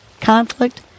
conflict